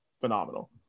phenomenal